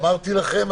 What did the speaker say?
אמרתי לכם,